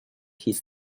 his